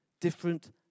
different